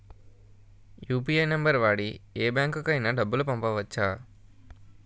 UPI number వాడి యే బ్యాంకుకి అయినా డబ్బులు పంపవచ్చ్చా?